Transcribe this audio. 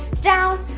down,